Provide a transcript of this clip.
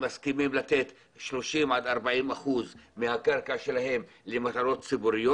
ומסכימים לתת 40%-30% מהקרקע שלהם למטרות ציבוריות.